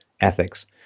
ethics